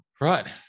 right